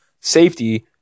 safety